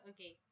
Okay